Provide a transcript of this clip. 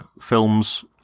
films